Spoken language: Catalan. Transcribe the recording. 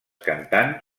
cantant